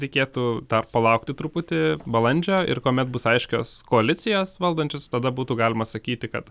reikėtų dar palaukti truputį balandžio ir kuomet bus aiškios koalicijos valdančios tada būtų galima sakyti kad